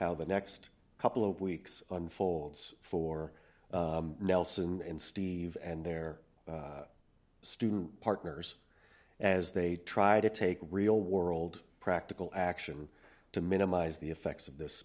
how the next couple of weeks unfolds for nelson and steve and their student partners as they try to take real world practical action to minimize the effects of this